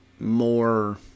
more